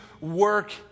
work